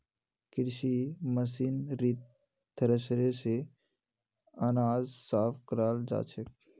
कृषि मशीनरीत थ्रेसर स अनाज साफ कराल जाछेक